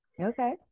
okay